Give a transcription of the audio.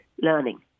learning